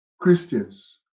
Christians